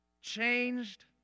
changed